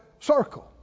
circle